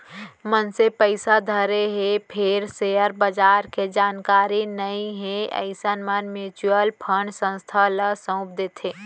मनसे पइसा धरे हे फेर सेयर बजार के जानकारी नइ हे अइसन म म्युचुअल फंड संस्था ल सउप देथे